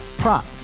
prop